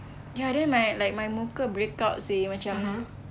ya then my like my muka breakout seh macam